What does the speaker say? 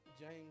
James